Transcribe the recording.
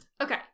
Okay